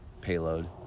payload